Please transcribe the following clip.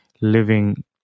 living